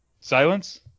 Silence